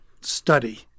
study